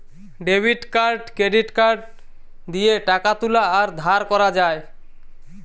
debit card credit card দিয়ে টাকা তুলা আর ধার করা যায়